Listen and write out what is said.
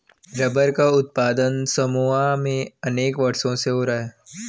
rubber का उत्पादन Samoa में अनेक वर्षों से हो रहा है